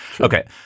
okay